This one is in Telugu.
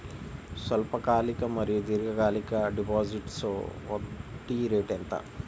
స్వల్పకాలిక మరియు దీర్ఘకాలిక డిపోజిట్స్లో వడ్డీ రేటు ఎంత?